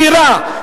דירה,